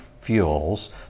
fuels